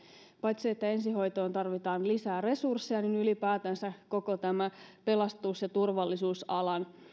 paitsi että ensihoitoon tarvitaan lisää resursseja niin ylipäätänsä koko tähän pelastus ja turvallisuusalan